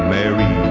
Mary